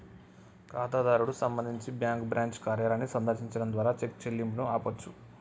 ఖాతాదారుడు సంబంధించి bank branch కార్యాలయాన్ని సందర్శించడం ద్వారా చెక్ చెల్లింపును ఆపొచ్చు